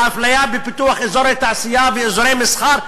האפליה בפיתוח אזורי תעשייה ואזורי מסחר,